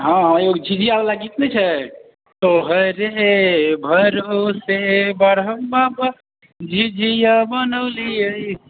हँ हँ एगो झिझियाबला गीत नहि छै तोहरे भरोसे ब्रह्म बाबा झिझिया बनौलियै